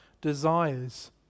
desires